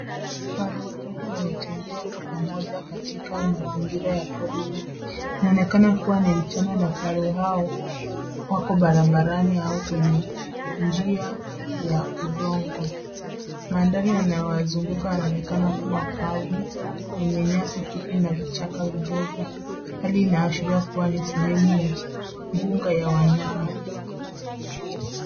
Vifaru watatu wanatembea kwa pamoja katika mazingira ya porini. Inaonekana kuwa ni mchana na vifaru hao wako barabarani au kwenye njia ya udongo. Mandhari yanayo wazunguka yanaonekana kuwa kavu yenye anyasi fupi na vichaka vidogo. Hali inayoashiria kuwa ni sehemu ya mbuga ya wanyama.